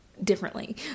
differently